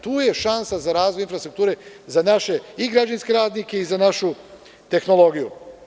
Tu je šansa za razvoj infrastrukture za naše građevinske radnike i za našu tehnologiju.